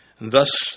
Thus